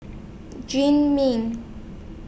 Jim Mean